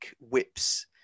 whips